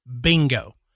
bingo